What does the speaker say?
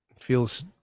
feels